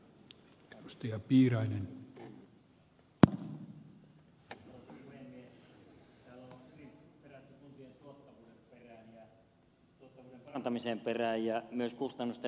täällä on hyvin perätty kuntien tuottavuuden parantamisen perään ja myös kustannusten leikkaamisen